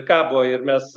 kabo ir mes